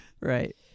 Right